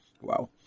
Wow